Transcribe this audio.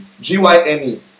G-Y-N-E